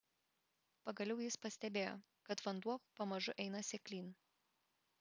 pagaliau jis pastebėjo kad vanduo pamažu eina seklyn